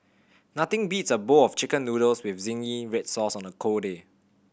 nothing beats a bowl of Chicken Noodles with zingy red sauce on a cold day